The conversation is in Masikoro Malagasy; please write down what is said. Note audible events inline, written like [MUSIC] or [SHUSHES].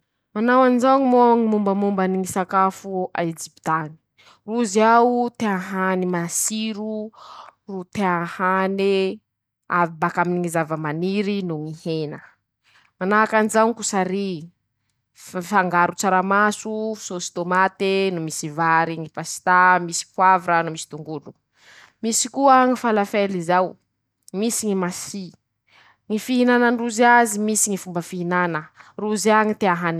Manao anizao moa ñy mombamombany ñy sakafo [SHUSHES] a ejipta añy: -Rozy ao tea hany masiro ro tea hane avy bakaminy ñy zava-maniry noho ñy hena ;manahaky anizao ñy kosary ,f ff fangaro tsaramaso ,sôsy tômate, no misy vary ,ñy pastà misy poavra no misy tongolo; [SHUSHES] misy koa ñy falafelle zao ,misy ñy masi ,ñy fihinanan-drozy azy ,misy ñy fomba fihinana, rozy añy tea hany.